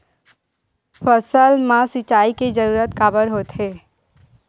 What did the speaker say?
फसल मा सिंचाई के जरूरत काबर होथे?